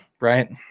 right